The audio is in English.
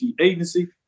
Agency